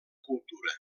cultura